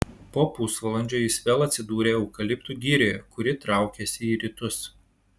po pusvalandžio jis vėl atsidūrė eukaliptų girioje kuri traukėsi į rytus